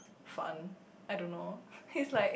fun I don't know it's like